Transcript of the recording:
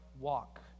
walk